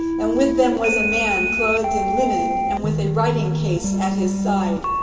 and with them was a man clothed in linen, and with a writing case at his side.